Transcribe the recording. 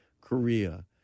Korea